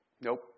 Nope